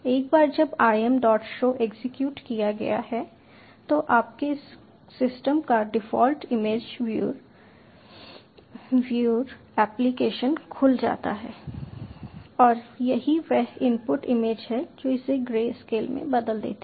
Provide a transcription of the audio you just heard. एक बार जब im डॉट शो एग्जीक्यूट किया गया है तो आपके सिस्टम का डिफ़ॉल्ट इमेज व्यूर एप्लिकेशन खुल जाता है और यही वह इनपुट इमेज है जो इसे ग्रे स्केल में बदल देती है